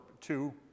two